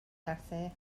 glasur